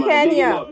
Kenya